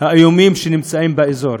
האיומים שנמצאים באזור.